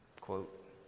Quote